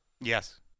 Yes